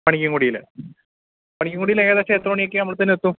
പണിക്കും കുടിയിൽ പണിക്കും കുടിയിൽ ഏകദേശം എത്ര മണിയൊക്കെ ആകുമ്പോഴ്ത്തേനും എത്തും